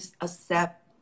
accept